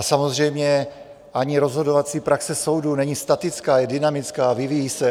Samozřejmě ani rozhodovací praxe není statická, je dynamická, vyvíjí se.